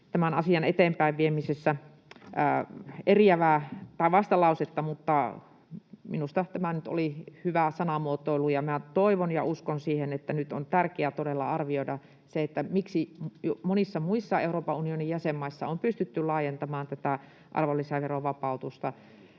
tämän asian eteenpäinviemisessä peräti vastalausetta, mutta minusta tämä oli nyt hyvä sanamuotoilu. Toivon ja uskon siihen, että nyt on tärkeää todella arvioida se, miksi monissa muissa Euroopan unionin jäsenmaissa on pystytty laajentamaan tätä arvonlisäverovapautusta